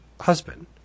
husband